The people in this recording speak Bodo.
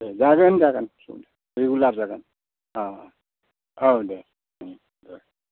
दे जागोन जागोन रेगुलार जागोन अ औ दे दे